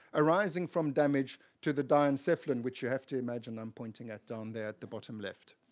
arising from damage to the diencephalon, which you have to imagine i'm pointing at down there at the bottom left.